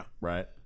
right